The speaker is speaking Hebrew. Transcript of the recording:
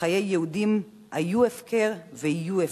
חיי יהודים היו הפקר ויהיו הפקר.